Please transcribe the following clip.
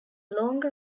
longer